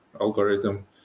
algorithm